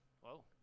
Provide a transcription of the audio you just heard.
Whoa